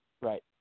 Right